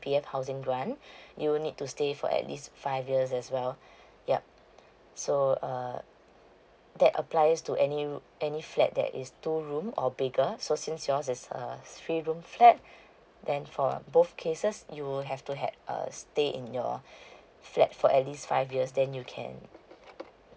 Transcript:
housing grant you would need to stay for at least five years as well yup so uh that applies to any ro~ any flat that is two room or bigger so since yours is a three room flat uh then for both cases you would have to had err stay in your flat for at least five years then you can